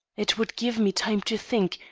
it would give me time to think,